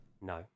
No